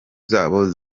zabo